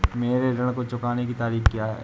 मेरे ऋण को चुकाने की तारीख़ क्या है?